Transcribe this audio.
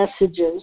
messages